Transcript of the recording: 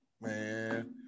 man